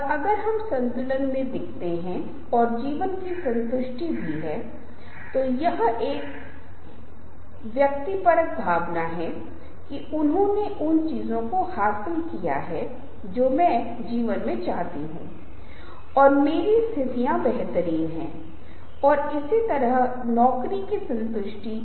आप किसी चीज़ पर विश्वास करते हैं और आपको लगता है कि दूसरे व्यक्ति को इससे लाभ होगा जब वह इस पर विश्वास करती है और बस यही आप करना चाह रहे हैं जैसा कि अक्सर व्यापार सहयोग वार्ता टाई अप सभी के बारे में और कई संदर्भों में शायद यही है कि आप क्या करने जा रहे हैं या यदि आप उस उत्पाद पर विश्वास करते हैं जो आप विपणन कर रहे हैं कि तुम क्या कर रहे हो वह ठीक है